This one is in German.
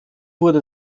wurde